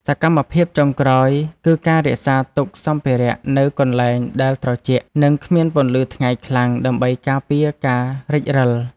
សកម្មភាពចុងក្រោយ គឺការរក្សាទុកសម្ភារៈនៅកន្លែងដែលត្រជាក់ និងគ្មានពន្លឺថ្ងៃខ្លាំង ដើម្បីការពារការរិចរិល។